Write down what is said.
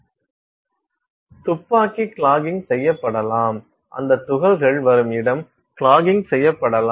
துப்பாக்கி கிளாகிங் செய்யப்படலாம் அந்தத் துகள்கள் வரும் இடம் கிளாகிங் செய்யப்படலாம்